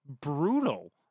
brutal